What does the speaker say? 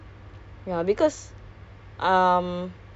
ya they don't give the option in the skillsfuture kan